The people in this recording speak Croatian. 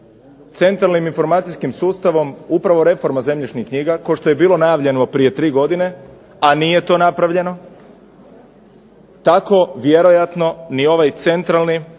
centralnim informacijskim sustavom upravo reforma zemljišnih knjiga, kao što je bilo najavljeno prije 3 godine, a nije to napravljeno, tako vjerojatno ni ovaj centralni